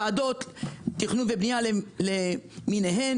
ועדות תכנון ובנייה למיניהן,